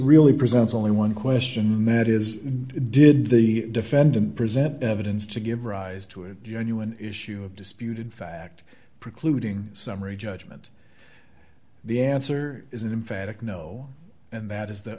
really presents only one question that is did the defendant present evidence to give rise to a genuine issue of disputed fact precluding summary judgment the answer is an emphatic no and that is the